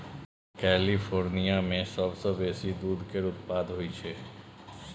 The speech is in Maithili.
कैलिफोर्निया मे सबसँ बेसी दूध केर उत्पाद होई छै